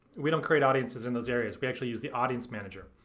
we don't create audiences in those areas we actually use the audience manager.